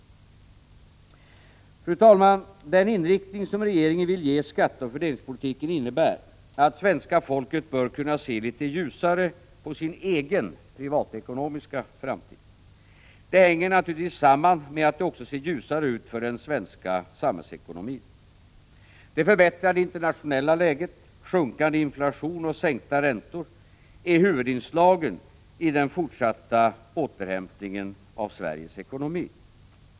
Fru talman! Den inriktning som regeringen vill ge skatteoch fördelningspolitiken innebär att svenska folket bör kunna se litet ljusare på sin egen privatekonomiska framtid. Det hänger naturligtvis samman med att det också ser ljusare ut för den svenska samhällsekonomin. Det förbättrade internationella läget, sjunkande inflation och sänkta räntor, är huvudinslagen i den fortsatta återhämtningen av Sveriges ekonomi.